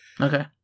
Okay